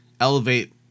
elevate